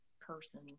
person